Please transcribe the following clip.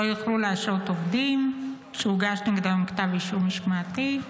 לא יוכלו להשעות עובדים שהוגש נגדם כתב אישום משמעתי,